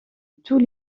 tous